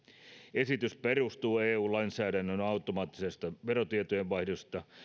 esitys perustuu eu lainsäädäntöön automaattisesta verotietojen vaihdosta